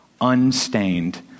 unstained